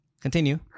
Continue